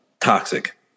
toxic